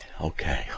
Okay